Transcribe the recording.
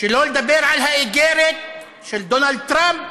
שלא לדבר על האיגרת של דונלד טראמפ,